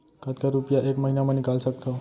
कतका रुपिया एक महीना म निकाल सकथव?